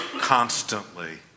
Constantly